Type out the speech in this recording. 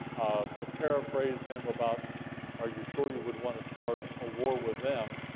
to paraphrase him, about are you sure you would want to start a war with them?